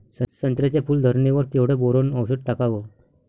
संत्र्याच्या फूल धरणे वर केवढं बोरोंन औषध टाकावं?